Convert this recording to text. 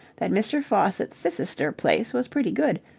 that mr. faucitt's cissister place was pretty good,